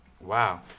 Wow